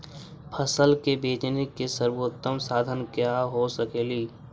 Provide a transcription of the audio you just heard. फसल के बेचने के सरबोतम साधन क्या हो सकेली?